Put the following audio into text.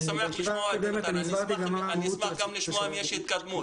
אני שמח לשמוע, אשמח גם לשמוע אם יש התקדמות.